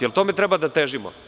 Da li tome treba da težimo?